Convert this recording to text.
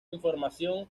información